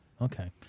Okay